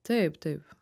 taip taip